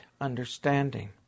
understanding